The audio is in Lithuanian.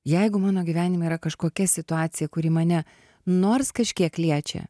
jeigu mano gyvenime yra kažkokia situacija kuri mane nors kažkiek liečia